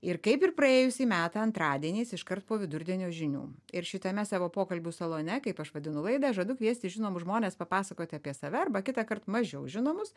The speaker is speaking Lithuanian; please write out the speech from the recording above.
ir kaip ir praėjusį metą antradieniais iškart po vidurdienio žinių ir šitame savo pokalbių salone kaip aš vadinu laidą žadu kviesti žinomus žmones papasakoti apie save arba kitą kart mažiau žinomus